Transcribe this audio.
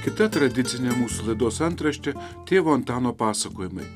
kita tradicinė mūsų laidos antraštė tėvo antano pasakojimai